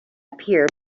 appear